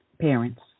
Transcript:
parents